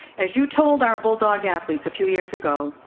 as you told our bulldog athletes a few years ago,